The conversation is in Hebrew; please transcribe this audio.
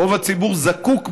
ורוב הציבור זקוק ביום-יום,